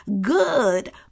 good